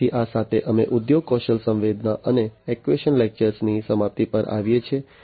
તેથી આ સાથે અમે ઉદ્યોગ કૌશલ્ય સંવેદના અને એક્યુએશન લેક્ચર ની સમાપ્તિ પર આવીએ છીએ